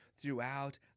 throughout